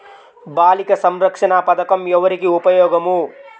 బాలిక సంరక్షణ పథకం ఎవరికి ఉపయోగము?